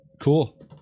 Cool